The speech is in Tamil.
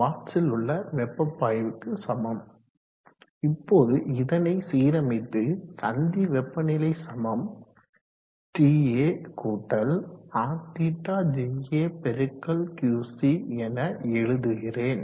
வாட்ஸ்ல் உள்ள வெப்ப பாய்வுக்கு சமம் இப்போது இதனை சீரமைத்து சந்தி வெப்பநிலை சமம் TA கூட்டல் RθJA பெருக்கல் QC என எழுதுகிறேன்